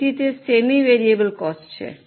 તેથી તે semi variable cost છે